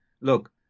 look